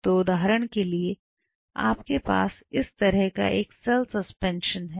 तो उदाहरण के लिए आपके पास इस तरह का एक सेल सस्पेंशन है